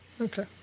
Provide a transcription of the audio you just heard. Okay